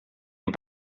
amb